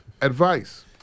Advice